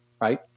right